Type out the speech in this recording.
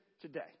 today